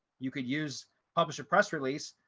you could use publish a press release,